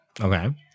Okay